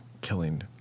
killing